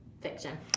Fiction